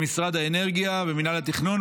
למשרד האנרגיה ומינהל התכנון,